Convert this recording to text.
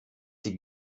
sie